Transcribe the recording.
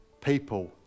people